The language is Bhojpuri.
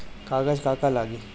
कागज का का लागी?